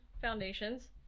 foundations